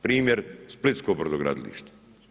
Primjer, splitsko brodogradilište.